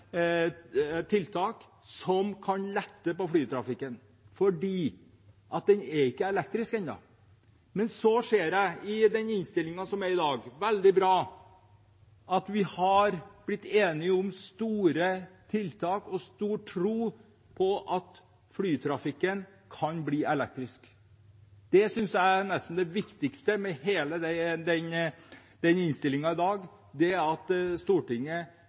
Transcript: tiltak som kan lette på flytrafikken, for den er ikke elektrisk ennå. Men i innstillingen til denne saken kan jeg lese at vi har blitt enige om – og det er veldig bra – store tiltak og har stor tro på at flytrafikken kan bli elektrisk. Det jeg synes er noe av det viktigste i hele innstillingen til denne saken, er at nesten hele Stortinget